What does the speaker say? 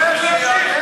שיענה, שיענה.